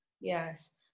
yes